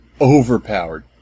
overpowered